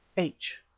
h.